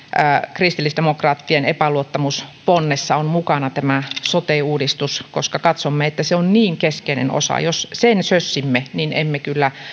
kristillisdemokraattien epäluottamusponnessa on mukana tämä sote uudistus koska katsomme että se on niin keskeinen osa jos sen sössimme niin emme kyllä